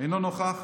אינו נוכח.